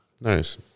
nice